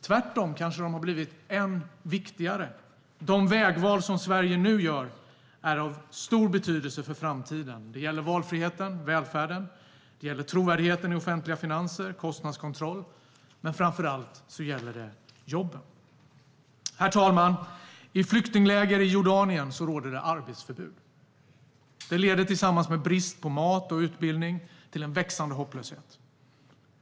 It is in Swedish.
Tvärtom har de kanske blivit än viktigare. De vägval som Sverige nu gör är av stor betydelse för framtiden. Det gäller valfriheten, välfärden, trovärdigheten i offentliga finanser och kostnadskontroll. Men framför allt gäller det jobben. Herr talman! I flyktingläger i Jordanien råder det arbetsförbud. Det, tillsammans med brist på mat och utbildning, leder till en växande hopplöshet.